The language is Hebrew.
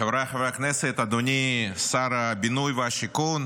חבריי חברי הכנסת, אדוני שר הבינוי והשיכון,